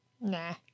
Nah